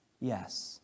yes